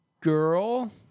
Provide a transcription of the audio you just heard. girl